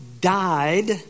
died